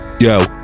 Yo